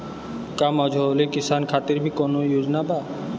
का मझोले किसान खातिर भी कौनो योजना बा?